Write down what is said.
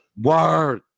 Word